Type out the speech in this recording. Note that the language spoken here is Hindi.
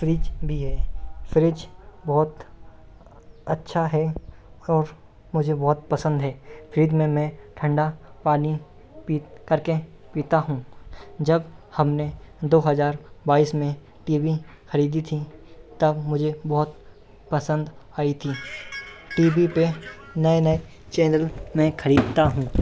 फ्रिज़ भी है फ्रिज़ बहुत अच्छा है और मुझे बहुत पसंद है फ्रिज़ में मैं ठंडा पानी पी करके पीता हूँ जब हमने दो हज़ार बाईस में टी वी खरीदी थी तब मुझे बहुत पसंद आई थी टी वी पे नए नए चैनल मैं खरीदता हूँ